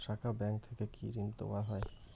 শাখা ব্যাংক থেকে কি ঋণ দেওয়া হয়?